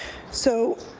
so,